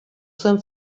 zuen